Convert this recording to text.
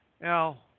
now